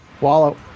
Wallow